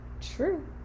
true